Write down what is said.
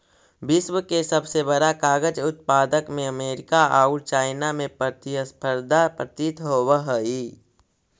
विश्व के सबसे बड़ा कागज उत्पादक में अमेरिका औउर चाइना में प्रतिस्पर्धा प्रतीत होवऽ हई